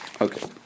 Okay